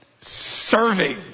serving